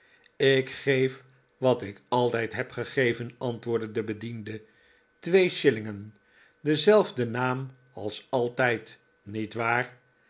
ik geef wat ik altijd heb gegeven antwpordde de bediende twee shillingen dezelfde naam als altijd niet waar